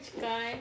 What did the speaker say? guys